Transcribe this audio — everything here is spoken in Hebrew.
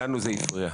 גם לנו זה הפריע.